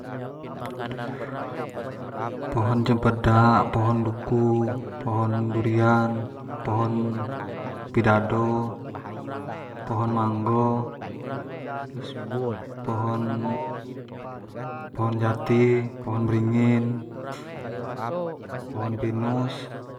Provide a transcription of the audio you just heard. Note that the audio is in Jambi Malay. pohon cempedak, pohon duku, pohon durian, pohon pidado, pohin manggo, terus pohon pohon jati, pohon beringin, pohon pinus.